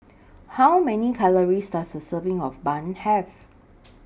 How Many Calories Does A Serving of Bun Have